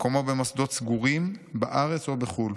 מקומו במוסדות סגורים בארץ או בחו"ל.